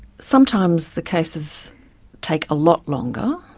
sometimes the cases take a lot longer,